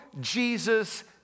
Jesus